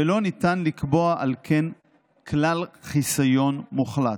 ועל כן לא ניתן לקבוע כלל חיסיון מוחלט.